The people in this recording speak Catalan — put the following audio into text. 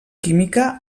química